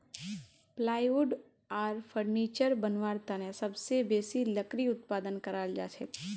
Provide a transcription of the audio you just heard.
plywood आर furniture बनव्वार तने सबसे बेसी लकड़ी उत्पादन कराल जाछेक